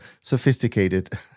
sophisticated